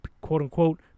quote-unquote